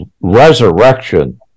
resurrection